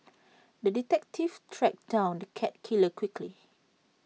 the detective tracked down the cat killer quickly